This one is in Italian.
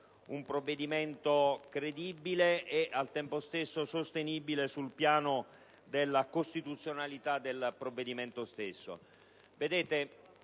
un provvedimento credibile e, al tempo stesso, sostenibile sul piano della costituzionalità del provvedimento stesso.